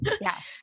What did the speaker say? Yes